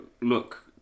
look